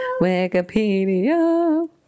Wikipedia